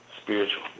spiritual